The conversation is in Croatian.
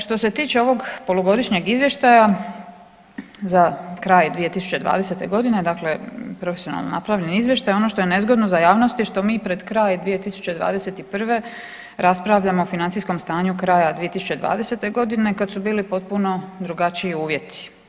Što se tiče ovog Polugodišnjeg izvještaja za kraj 2020. g. dakle profesionalno napravljen izvještaj, ono to je nezgodno za javnost je što mi pred kraj 2021. raspravljamo o financijskom stanju kraja 2020. g. kad su bili potpuno drugačiji uvjeti.